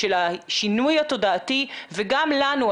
של השינוי התודעתי וגם לנו,